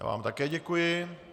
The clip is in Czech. Já vám také děkuji.